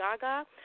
Gaga